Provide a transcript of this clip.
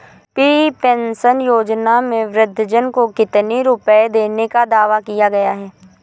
UP pension योजना में वृद्धजन को कितनी रूपये देने का वादा किया गया है?